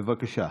בבקשה.